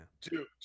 Two